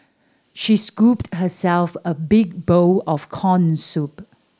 she scooped herself a big bowl of corn soup